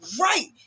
right